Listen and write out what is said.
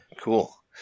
Cool